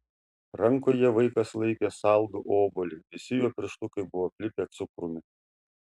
rankoje vaikas laikė saldų obuolį visi jo pirštukai buvo aplipę cukrumi